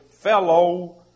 fellow